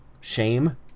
shame